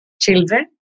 children